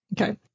Okay